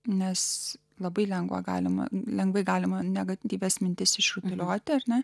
nes labai lengva galima lengvai galima negatyvias mintis išrutulioti ar na